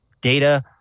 data